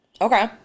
Okay